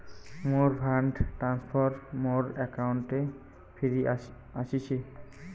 মোর fund transfer মোর অ্যাকাউন্টে ফিরি আশিসে